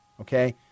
okay